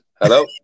Hello